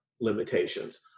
limitations